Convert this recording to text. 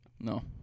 No